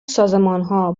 سازمانها